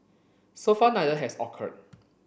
so far neither has occurred